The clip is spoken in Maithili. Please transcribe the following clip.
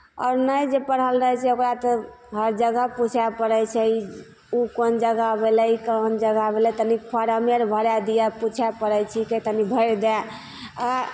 आओर नहि जे पढ़ल रहै छै ओकरा तऽ हर जगह पूछै परै छै इज ओ कोन जगह भेलै ई कौन जगह भेलै तनिक फारमे आर भरै दिअ पूछै परै छिकै तनी भरि दै आ